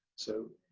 so,